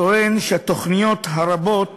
טוען שהתוכניות הרבות